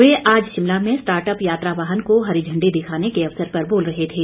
वे आज शिमला में स्टार्टअप यात्रा वाहन को हरी झंडी दिखाने के अवसर पर बोल रहे थे